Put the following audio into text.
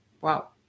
wow